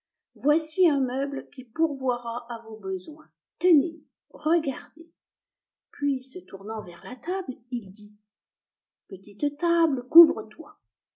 voici un meuble qui pourvoira à vos besoins tenez regardez puis se tournant vers la petite table il dit petite table couvre-toi